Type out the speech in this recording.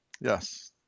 Yes